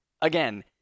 Again